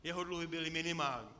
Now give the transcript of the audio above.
Jeho dluhy byly minimální.